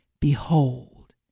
behold